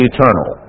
Eternal